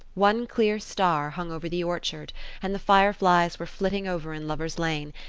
one clear star hung over the orchard and the fireflies were flitting over in lover's lane,